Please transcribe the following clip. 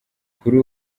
kuri